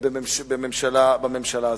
בממשלה הזאת.